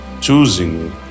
choosing